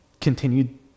continued